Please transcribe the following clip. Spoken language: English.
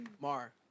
Mar